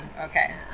Okay